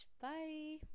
bye